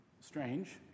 Strange